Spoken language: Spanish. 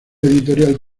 editorial